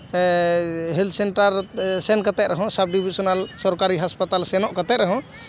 health center ᱥᱮᱱ ᱠᱟᱛᱮᱜ ᱨᱮᱦᱚᱸ ᱥᱟᱵᱽ ᱰᱤᱵᱷᱤᱥᱳᱱᱟᱞ ᱥᱚᱨᱠᱟᱨᱤ ᱦᱚᱥᱯᱤᱴᱟᱞ ᱥᱮᱱᱚᱜ ᱠᱟᱛᱮᱜ ᱨᱮᱦᱚᱸ